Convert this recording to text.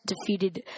defeated